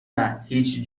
نه، هیچ